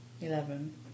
Eleven